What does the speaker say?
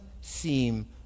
seem